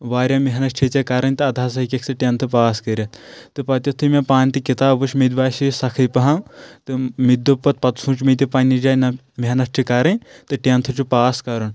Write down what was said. واریاہ محنت چھیٚے ژےٚ کرٕنۍ تہٕ اَدٕ ہسا ہیٚکیٚکھ ژٕ ٹیٚنتھہٕ پاس کٔرِتھ تہٕ پتہٕ یُتھُے مےٚ پانہٕ تہِ کِتاب وُچھ مےٚ تہِ باسیٚے سخٕے پہم تہٕ مےٚ تہِ دوٚپ پتہٕ پتہٕ سُوٗنٛچ مےٚ تہِ پننہِ جایہِ نَہ محنت چھِ کرٕنۍ تہٕ ٹیٚنتھہٕ چھُ پاس کرُن